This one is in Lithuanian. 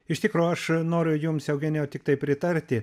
iš tikro aš noriu jums eugenijau tiktai pritarti